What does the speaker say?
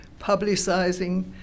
publicizing